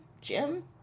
Jim